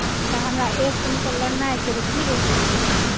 तऽ हमरा एक क्विन्टल लेनाइ छै तऽ की रेट लगेबै